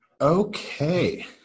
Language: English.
Okay